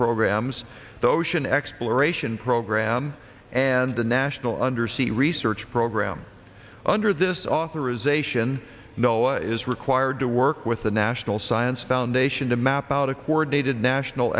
programs the ocean exploration program and the national undersea research program under this authorization no is required to work with the national science foundation to map out a coordinated national